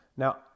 Now